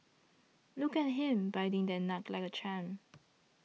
look at him biting that nut like a champ